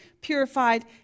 purified